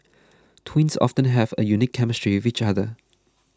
twins often have a unique chemistry which other